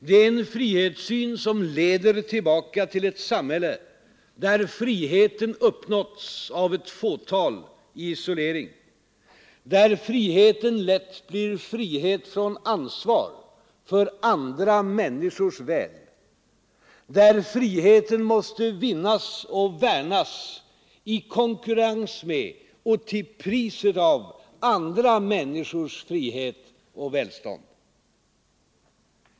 Det är en frihetssyn som leder tillbaka till ett samhälle där friheten uppnåtts av ett fåtal i isolering, där friheten lätt blir frihet från ansvar för andra människors väl, där friheten måste vinnas och värnas i konkurrens med och till priset av andra människors frihet och välstånd.